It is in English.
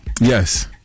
Yes